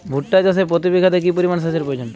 ভুট্টা চাষে প্রতি বিঘাতে কি পরিমান সেচের প্রয়োজন?